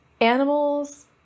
animals